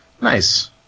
Nice